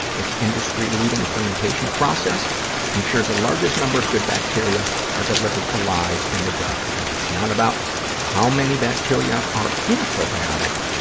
its industry-leading fermentation process ensures the largest number of good bacteria are delivered alive in and the gut, because it's not about how many bacteria are in a probiotic.